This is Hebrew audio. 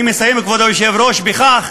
אני מסיים, כבוד היושב-ראש, בכך: